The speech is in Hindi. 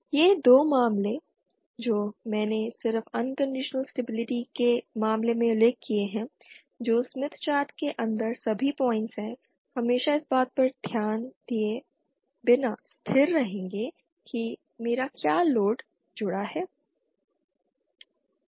ये दो मामले जो मैंने सिर्फ अनकंडीशनल स्टेबिलिटी के मामले में उल्लेख किए हैं जो स्मिथ चार्ट के अंदर सभी पॉइंट्स हैं हमेशा इस बात पर ध्यान दिए बिना स्थिर रहेगा कि मेरा क्या लोड जुड़ा है